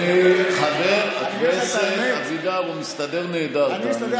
חבר הכנסת אבידר, הוא מסתדר נהדר, תאמין לי.